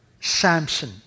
Samson